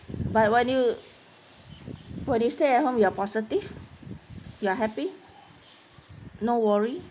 but when you when you stay at home you're positive you're happy no worry